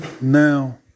now